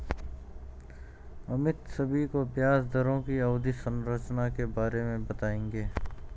अमित सभी को ब्याज दरों की अवधि संरचना के बारे में बताएंगे